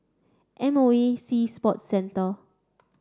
M O E Sea Sports Centre